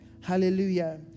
hallelujah